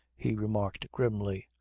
he remarked grimly.